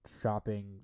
shopping